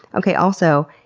okay, also,